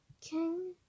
King